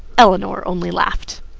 elinor only laughed.